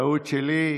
טעות שלי.